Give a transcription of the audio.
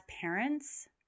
parents